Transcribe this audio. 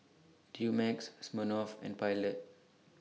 Dumex Smirnoff and Pilot